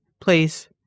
Please